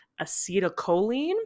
acetylcholine